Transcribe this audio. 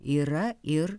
yra ir